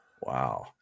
Wow